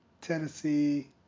Tennessee